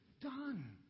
done